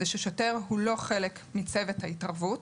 זה ששוטר הוא לא חלק מצוות ההתערבות,